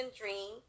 dream